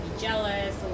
jealous